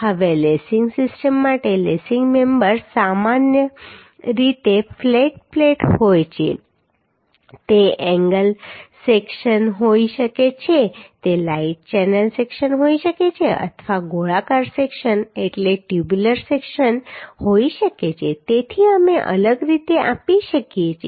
હવે lacing system માટે lacing members સામાન્ય રીતે પ્લેટ ફ્લેટ પ્લેટ હોય છે તે એંગલ સેક્શન હોઈ શકે છે તે લાઇટ ચેનલ સેક્શન હોઈ શકે છે અથવા ગોળાકાર સેક્શન એટલે ટ્યુબ્યુલર સેક્શન હોઈ શકે છે તેથી અમે અલગ રીતે આપી શકીએ છીએ